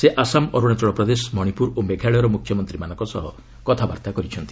ସେ ଆସାମ ଅରୁଣାଚଳ ପ୍ରଦେଶ ମଣିପୁର ଓ ମେଘାଳୟର ମୁଖ୍ୟମନ୍ତ୍ରୀମାନଙ୍କ ସହ କଥାବାର୍ତ୍ତା କରିଚ୍ଛନ୍ତି